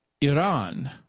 Iran